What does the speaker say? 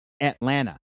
Atlanta